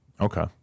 Okay